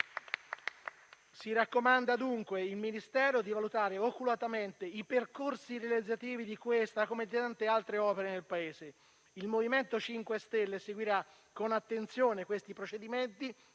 Si raccomanda dunque al Ministero di valutare oculatamente i percorsi realizzativi di questa, come di tante altre opere nel Paese. Il MoVimento 5 Stelle seguirà con attenzione questi procedimenti